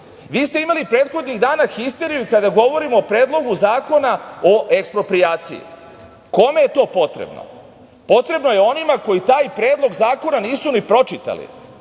ste imali prethodnih dana histeriju kada govorimo o Predlogu zakona o eksproprijaciji. Kome je to potrebno? Potrebno je onima koji taj predlog zakona nisu ni pročitali.